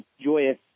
joyous